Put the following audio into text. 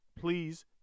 Please